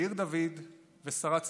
יאיר דוד ושרה ציפורה.